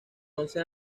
once